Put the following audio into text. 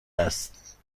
است